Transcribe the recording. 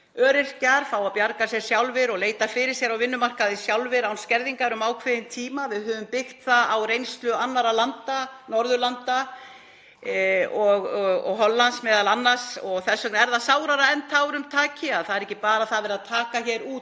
öryrkjar fái að bjarga sér sjálfir og leita fyrir sér á vinnumarkaði án skerðingar um ákveðinn tíma. Við höfum byggt það á reynslu annarra landa, Norðurlanda og Hollands meðal annars. Þess vegna er það sárara en tárum taki að það er ekki bara verið að taka út